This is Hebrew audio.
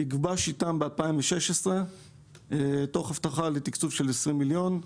גובש איתם ב-2016 תוך הבטחה לתקצוב של 20 מיליון.